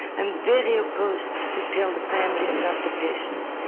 i'm very opposed to tell the family and not the patient.